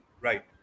right